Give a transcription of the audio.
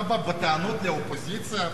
אתה בא בטענות לאופוזיציה?